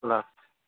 اللہ حافظ